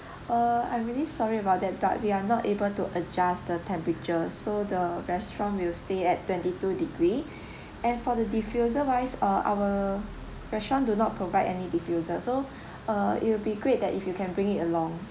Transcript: err I'm really sorry about that but we are not able to adjust the temperature so the restaurant will stay at twenty two degree and for the diffuser wise uh our restaurant do not provide any diffuser so err it will be great that if you can bring it along